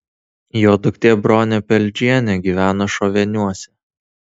jo duktė bronė peldžienė gyvena šoveniuose